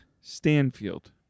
Stanfield